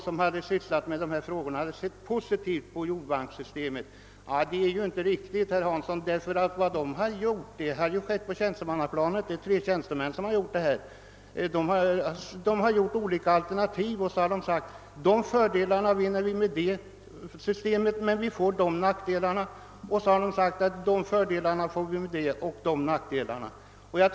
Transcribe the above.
som har sysslat med dessa frågor sett positivt på jordbankssystemet. Det påståendet är inte riktigt, herr Hansson. De tre tjänstemän som har arbetat härmed har upprättat olika alternativ och sagt: Dessa fördelar vinner vi med det ena systemet, men vi får dessa nackdelar, dessa fördelar vinner vi med det andra systemet etc.